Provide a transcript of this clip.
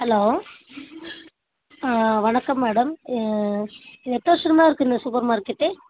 hello வணக்கம் madam எத்தனை வருஷமாக இருக்குது இந்த சூப்பர் மார்க்கெட்டு